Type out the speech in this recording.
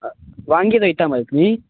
वांगी रोयतात मरे तुमी